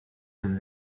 and